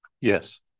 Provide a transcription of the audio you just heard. yes